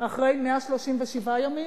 לזקן ולנכה,